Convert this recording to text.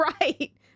right